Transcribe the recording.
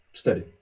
Cztery